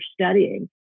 studying